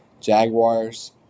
Jaguars